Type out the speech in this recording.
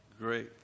great